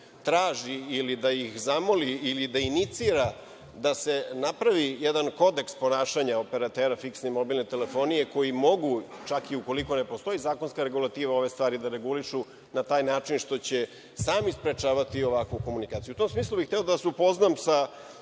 traži ili da ih zamoli, ili da inicira da se napravi, jedan Kodeks ponašanja operatera fiksne i mobilne telefonije koji mogu, čak i ukoliko ne postoji zakonska regulativa, ove stvari da regulišu na taj način što će sami sprečavati ovakvu komunikaciju.U tom smislu bih hteo da vas upoznam sa